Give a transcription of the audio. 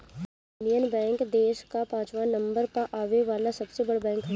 union Bank देस कअ पाचवा नंबर पअ आवे वाला सबसे बड़ बैंक हवे